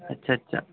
اچھا اچھا